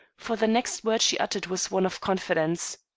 for the next word she uttered was one of confidence.